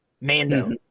Mando